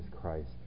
Christ